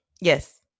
yes